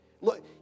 look